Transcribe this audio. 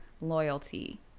loyalty